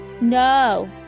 no